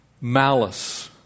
Malice